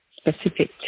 specific